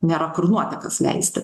nėra kur nuotekas leisti